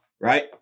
right